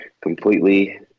completely